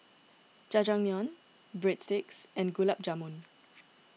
Jajangmyeon Breadsticks and Gulab Jamun